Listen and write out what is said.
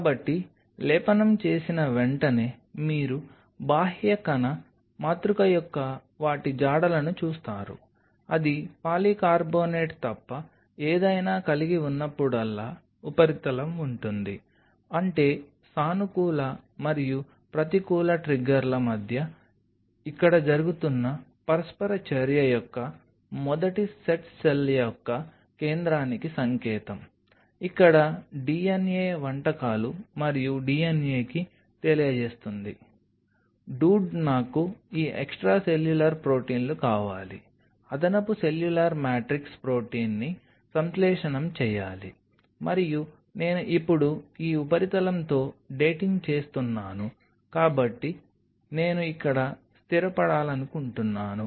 కాబట్టి లేపనం చేసిన వెంటనే మీరు బాహ్య కణ మాతృక యొక్క వాటి జాడలను చూస్తారు అది పాలికార్బోనేట్ తప్ప ఏదైనా కలిగి ఉన్నప్పుడల్లా ఉపరితలం ఉంటుంది అంటే సానుకూల మరియు ప్రతికూల ట్రిగ్గర్ల మధ్య ఇక్కడ జరుగుతున్న పరస్పర చర్య యొక్క మొదటి సెట్ సెల్ యొక్క కేంద్రకానికి సంకేతం ఇక్కడ DNA వంటకాలు మరియు DNAకి తెలియజేస్తుంది డూడ్ నాకు ఈ ఎక్స్ట్రాసెల్యులర్ ప్రొటీన్లు కావాలి అదనపు సెల్యులార్ మ్యాట్రిక్స్ ప్రొటీన్ని సంశ్లేషణ చేయాలి మరియు నేను ఇప్పుడు ఈ ఉపరితలంతో డేటింగ్ చేస్తున్నాను కాబట్టి నేను ఇక్కడ స్థిరపడాలనుకుంటున్నాను